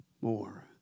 more